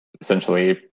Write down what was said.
essentially